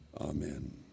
Amen